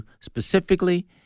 specifically